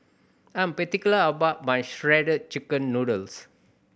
I'm particular about my Shredded Chicken Noodles